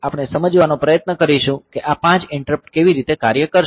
આપણે સમજવાનો પ્રયત્ન કરીશું કે આ 5 ઈંટરપ્ટ કેવી રીતે કાર્ય કરશે